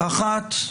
האחת,